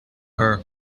her